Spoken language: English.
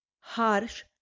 harsh